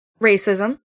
racism